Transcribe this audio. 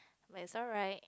it's alright